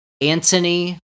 Anthony